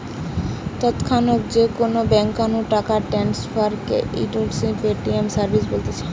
তৎক্ষণাৎ যে কোনো বেঙ্ক নু টাকা ট্রান্সফার কে ইমেডিয়াতে পেমেন্ট সার্ভিস বলতিছে